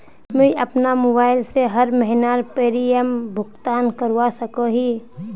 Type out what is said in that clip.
मुई अपना मोबाईल से हर महीनार प्रीमियम भुगतान करवा सकोहो ही?